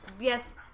Yes